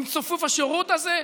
עם ציפוף השורות הזה?